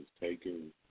taken